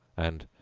and,